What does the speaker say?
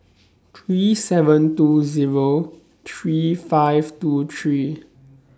three seven two Zero three five two three